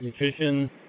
nutrition